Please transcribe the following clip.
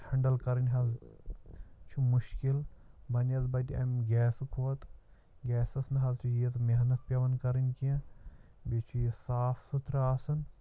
handle کَرٕنۍ حظ چھُ مُشکِل بَسنٮ۪سبَتہِ اَمہِ گیسہٕ کھۄتہٕ گیسَس نہٕ حظ چھُ ییٖژ محنت پٮ۪وان کَرٕنۍ کیٚنٛہہ بیٚیہِ چھُ یہِ صاف سُتھرٕ آسان